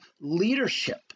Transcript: leadership